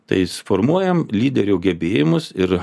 tais formuojame lyderio gebėjimus ir